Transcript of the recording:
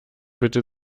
bitte